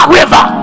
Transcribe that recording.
river